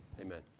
Amen